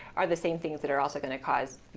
are the same things that are also going to cause,